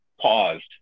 paused